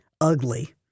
ugly